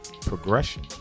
progression